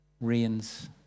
rains